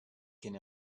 can